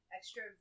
Extra